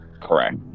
Correct